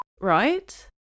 right